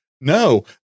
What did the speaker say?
no